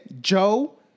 Joe